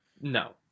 No